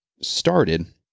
started